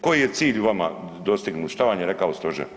Koji je cilj vama dostignut, šta vam je rekao Stožer?